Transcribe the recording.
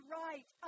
right